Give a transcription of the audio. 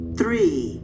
three